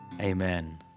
Amen